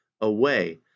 away